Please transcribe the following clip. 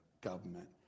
government